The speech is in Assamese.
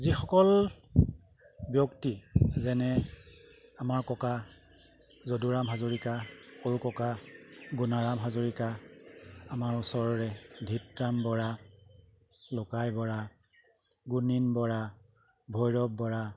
যিসকল ব্যক্তি যেনে আমাৰ ককা যদুৰাম হাজৰিকা সৰু ককা গুণাৰাম হাজৰিকা আমাৰ ওচৰৰে ধীতৰাম বৰা লোকাই বৰা গুণীন বৰা ভৈৰৱ বৰা